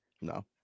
No